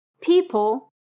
people